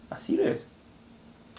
ah serious